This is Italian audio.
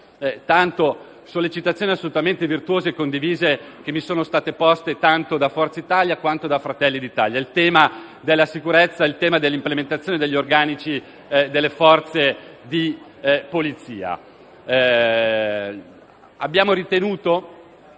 alle sollecitazioni, assolutamente virtuose e condivise, che mi sono state poste tanto da Forza Italia quanto da Fratelli d'Italia, vorrei affrontare il tema della sicurezza e dell'implementazione degli organici delle Forze di polizia. Abbiamo ritenuto